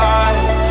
eyes